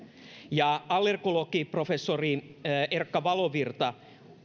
myös allergologi professori erkka valovirta